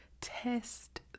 test